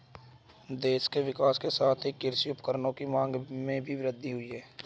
देश के विकास के साथ ही कृषि उपकरणों की मांग में वृद्धि हुयी है